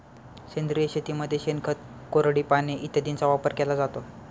सेंद्रिय शेतीमध्ये शेणखत, कोरडी पाने इत्यादींचा वापर केला जातो